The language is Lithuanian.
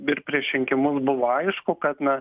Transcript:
ir prieš rinkimus buvo aišku kad na